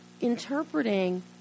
interpreting